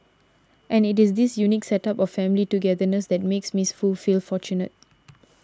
and it is this unique set up of family togetherness that makes Miss Foo feel fortunate